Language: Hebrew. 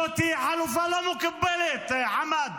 זאת חלופה לא מקובלת, חמד.